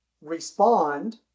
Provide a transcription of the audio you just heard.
respond